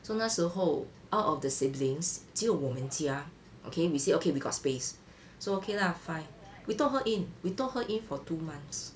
so 那时候 out of the siblings 只有我们家 okay we said okay we got space so okay lah fine we took her in we took her in for two months